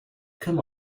come